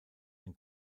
ein